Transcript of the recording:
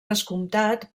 descomptat